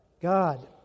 God